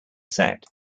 set